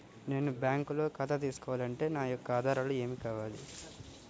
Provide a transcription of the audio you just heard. నేను బ్యాంకులో ఖాతా తీసుకోవాలి అంటే నా యొక్క ఆధారాలు ఏమి కావాలి?